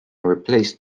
replaced